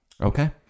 Okay